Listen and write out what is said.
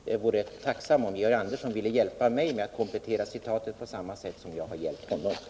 Jag vore tacksam om Georg Andersson ville hjälpa mig med att komplettera citatet på samma sätt som jag har hjälpt honom.